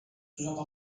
comment